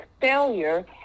failure